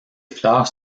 fleurs